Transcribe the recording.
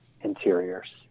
interiors